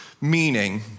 meaning